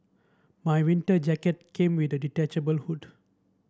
my winter jacket came with a detachable hood